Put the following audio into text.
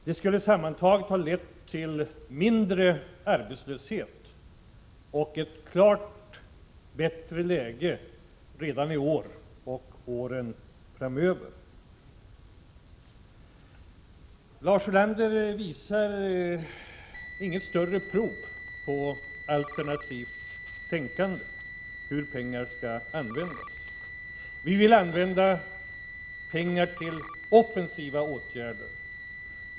Det skulle sammantaget ha lett till mindre arbetslöshet och ett klart bättre läge redan i år och för åren framöver. Lars Ulander visar inget större prov på alternativt tänkande när det gäller hur pengar skall användas. Vi vill använda pengar till offensiva åtgärder.